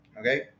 okay